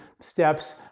steps